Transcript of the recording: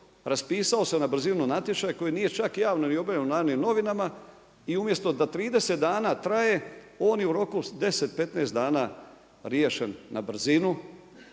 raspisao se na brzinu natječaj koji nije čak javno ni objavljen u Narodnim novinama, i umjesto da 30 dana traje, oni u roku 10, 15 dana riješen na brzinu,